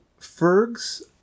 Ferg's